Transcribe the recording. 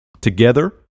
together